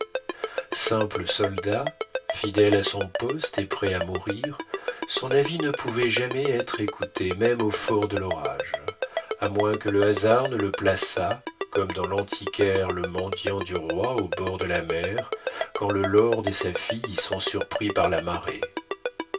simple soldat fidèle à son poste et prêt à mourir son avis ne pouvait jamais être écouté même au fort de l'orage à moins que le hasard ne le plaçât comme dans l'antiquaire le mendiant du roi au bord de la mer quand le lord et sa fille y sont surpris par la marée